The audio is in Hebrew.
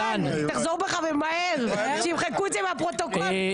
מישרקי כממלא-קבוע בוועדת הבריאות מטעם סיעת ש"ס.